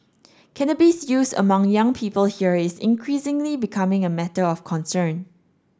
cannabis use among young people here is increasingly becoming a matter of concern